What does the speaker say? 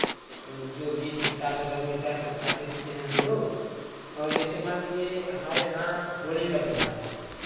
वो जो भी प्रसाद उरसाद मिलता है सब खाते पीते हैं हम लोग और जैसे मान लीजिए हमारे यहाँ होली का त्योहार